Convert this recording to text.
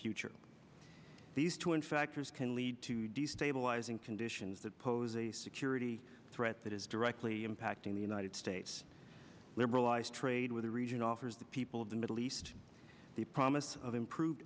future these two and factors can lead to destabilizing conditions that pose a security threat that is directly impacting the united states liberalized trade with the region offers the people of the middle east the promise of improved